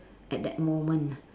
at that moment ah